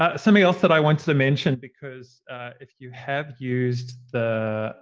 ah something else that i wanted to mention, because if you have used the